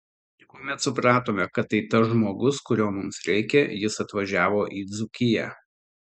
kuomet supratome kad tai tas žmogus kurio mums reikia jis atvažiavo į dzūkiją